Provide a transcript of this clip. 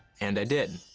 and i did.